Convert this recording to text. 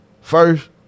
First